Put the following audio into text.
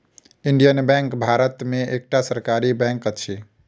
Indian bank Bharat में एकटा सरकारी बैंक अछि